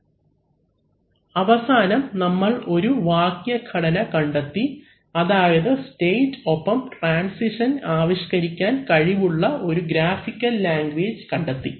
അവലംബിക്കുന്ന സ്ലൈഡ് സമയം 1617 അവസാനം നമ്മൾ ഒരു വാക്യഘടന കണ്ടെത്തി അതായത് സ്റ്റേറ്റ് ഒപ്പം ട്രാൻസിഷൻ ആവിഷ്കരിക്കാൻ കഴിവുള്ള ഒരു ഗ്രാഫിക്കൽ ലാംഗ്വേജ് കണ്ടെത്തി